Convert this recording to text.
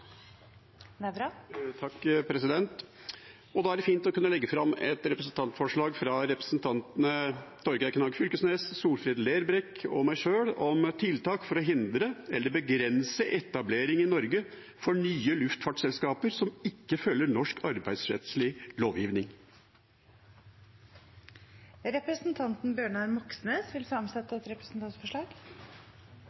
fra representantene Torgeir Knag Fylkesnes, Solfrid Lerbrekk og meg sjøl om tiltak for å hindre eller begrense etablering i Norge for nye luftfartsselskaper som ikke følger norsk arbeidsrettslig lovgivning. Representanten Bjørnar Moxnes vil